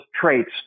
traits